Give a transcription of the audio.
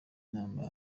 nama